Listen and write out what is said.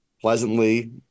pleasantly